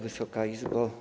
Wysoka Izbo!